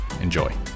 Enjoy